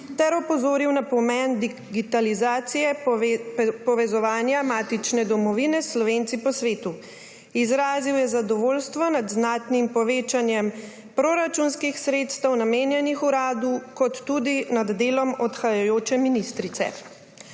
ter opozoril na pomen digitalizacije povezovanja matične domovine s Slovenci po svetu. Izrazil je zadovoljstvo nad znatnim povečanjem proračunskih sredstev, namenjenih Uradu kot tudi nad delom odhajajoče ministrice.